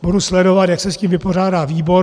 Budu sledovat, jak se s tím vypořádá výbor.